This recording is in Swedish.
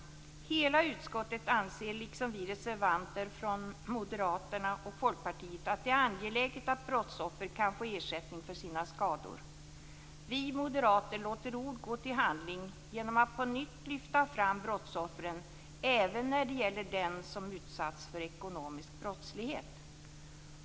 Hela utskottet anser, liksom vi reservanter från Moderaterna och Folkpartiet, att det är angeläget att brottsoffer kan få ersättning för sina skador. Vi moderater låter ord gå till handling genom att på nytt lyfta fram brottsoffren - även när det gäller dem som utsatts för ekonomisk brottslighet.